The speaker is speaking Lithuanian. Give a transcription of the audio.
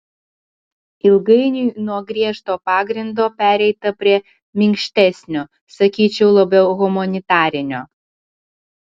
ilgainiui nuo griežto pagrindo pereita prie minkštesnio sakyčiau labiau humanitarinio